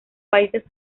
países